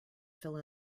fill